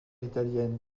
italienne